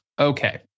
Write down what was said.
Okay